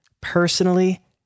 personally